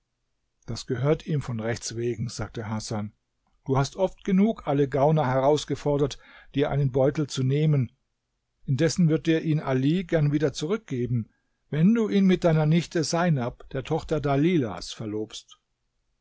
das gehört ihm von rechts wegen sagte hasan du hast oft genug alle gauner herausgefordert dir einen beutel zu nehmen indessen wird dir ihn ali gern wieder zurückgeben wenn du ihn mit deiner nichte seinab der tochter dalilahs verlobst